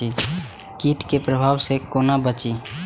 कीट के प्रभाव से कोना बचीं?